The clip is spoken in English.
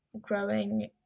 growing